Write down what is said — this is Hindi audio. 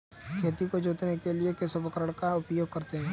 खेत को जोतने के लिए किस उपकरण का उपयोग करते हैं?